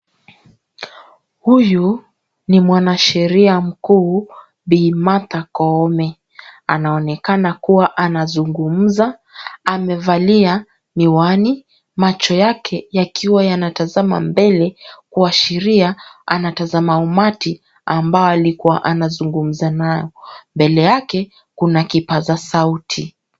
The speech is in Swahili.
Huyu ni mwanasheria mkuu Bi Martha Koome. Anaonekana kuwa anazungumza. Amevalia miwani macho yake yakiwa yanatazama mbele kuashiria anatazama umati ambayo alikuwa anazungumza nao. Mbele yake kuna kipaza sauti.